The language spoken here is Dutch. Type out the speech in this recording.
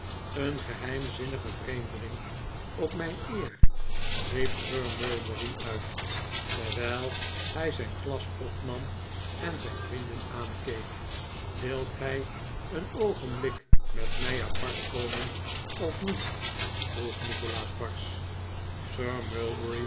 een geheimzinnige vreemdeling op mijn eer riep sir mulberry uit terwijl hij zijn glas opnam en zijn vrienden aankeek wilt gij een oogenblik met mij apart komen of niet vroeg nikolaas barsch